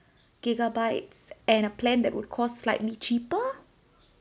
gigabytes and a plan that would cost slightly cheaper